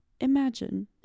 Imagine